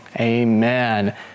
amen